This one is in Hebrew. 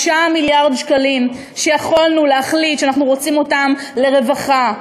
5 מיליארד שקלים שיכולנו להחליט שאנחנו רוצים אותם לרווחה,